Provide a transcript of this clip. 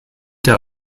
der